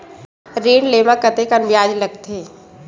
ऋण ले म कतेकन ब्याज लगथे?